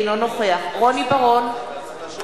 אינו נוכח רוני בר-און,